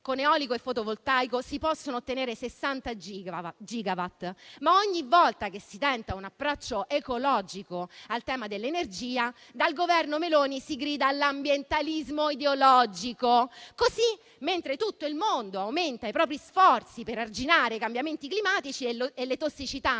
con eolico e fotovoltaico si possono ottenere 60 gigawatt, ma, ogni volta che si tenta un approccio ecologico al tema dell'energia, dal Governo Meloni si grida all'ambientalismo ideologico. Così, mentre tutto il mondo aumenta i propri sforzi per arginare i cambiamenti climatici e le tossicità